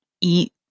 eat